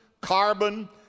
carbon